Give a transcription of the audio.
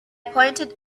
pointed